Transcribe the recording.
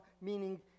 meaning